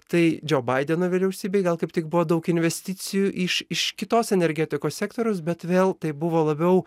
tai džo baideno vyriausybei gal kaip tik buvo daug investicijų iš iš kitos energetikos sektoriaus bet vėl tai buvo labiau